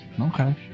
Okay